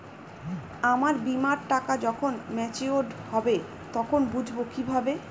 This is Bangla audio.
আমার বীমার টাকা যখন মেচিওড হবে তখন বুঝবো কিভাবে?